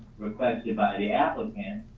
requested by the applicant,